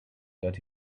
that